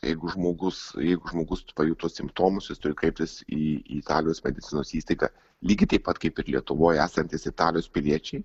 jeigu žmogus jeigu žmogus pajuto simptomus jis turi kreiptis į italijos medicinos įstaigą lygiai taip pat kaip ir lietuvoj esantys italijos piliečiai